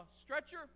stretcher